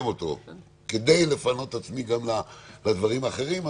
כדי לפנות את עצמי גם לדברים האחרים.